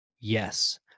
yes